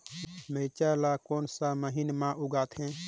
मिरचा ला कोन सा महीन मां उगथे?